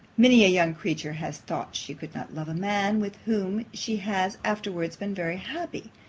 many a young creature has thought she could not love a man, with whom she has afterwards been very happy.